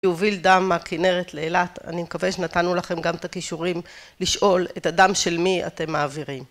יוביל דם מהכינרת לאילת, אני מקווה שנתנו לכם גם את הקישורים לשאול את הדם של מי אתם מעבירים.